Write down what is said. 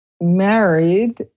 married